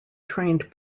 trained